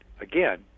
again